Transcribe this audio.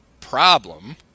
problem